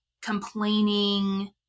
complaining